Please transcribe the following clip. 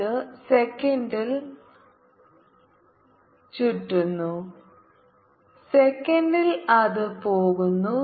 ഇത് സെക്കൻഡിൽ ചുറ്റുന്നു സെക്കൻഡിൽ അത് പോകുന്നു